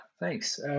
Thanks